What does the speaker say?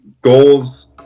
goals